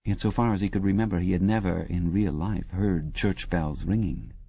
and so far as he could remember he had never in real life heard church bells ringing.